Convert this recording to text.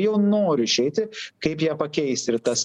jau noriu išeiti kaip jie pakeis ir tas